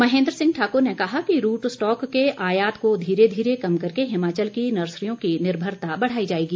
महेन्द्र सिंह ठाकर ने कहा कि रूट स्टॉक के आयात को धीरे धीरे कम करके हिमाचल की नर्सरियों की निर्भरता बढ़ाई जाएगी